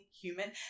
human